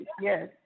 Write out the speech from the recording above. Yes